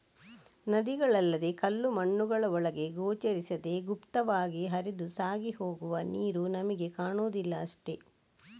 ನದಿಗಳಲ್ಲದೇ ಕಲ್ಲು ಮಣ್ಣುಗಳ ಒಳಗೆ ಗೋಚರಿಸದೇ ಗುಪ್ತವಾಗಿ ಹರಿದು ಸಾಗಿ ಹೋಗುವ ನೀರು ನಮಿಗೆ ಕಾಣುದಿಲ್ಲ ಅಷ್ಟೇ